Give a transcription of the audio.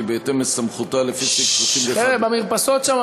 כי בהתאם לסמכותה לפי סעיף 31(א) סליחה,